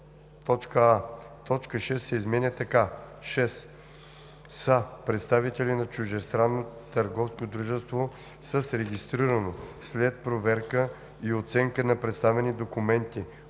точка 6 се изменя така: „6. са представители на чуждестранно търговско дружество с регистрирано, след проверка и оценка на представени документи,